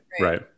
Right